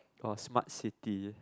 oh smart city